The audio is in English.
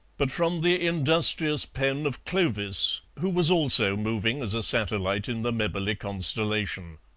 but from the industrious pen of clovis, who was also moving as a satellite in the mebberley constellation.